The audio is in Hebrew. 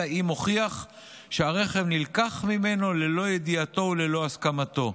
אלא אם הוכיח שהרכב נלקח ממנו ללא ידיעתו וללא הסכמתו,